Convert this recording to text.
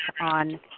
on